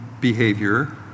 behavior